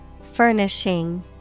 Furnishing